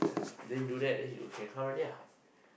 ya then do that then you can come already lah